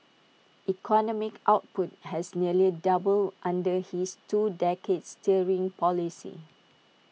economic output has nearly doubled under his two decades steering policy